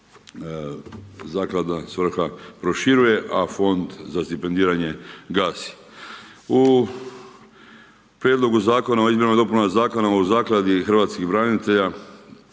zaklada, svrha, proširuje, a fond za stipendiranje gasi. U prijedlogu zakona o izmjenama i dopunama Zakona o Zakladi hrvatskih branitelja,